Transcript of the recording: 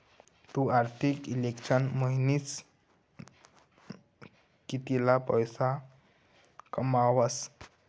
तु आर्थिक इश्लेषक म्हनीसन कितला पैसा कमावस